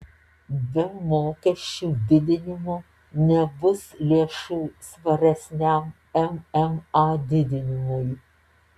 be mokesčių didinimo nebus lėšų svaresniam mma didinimui